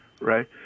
right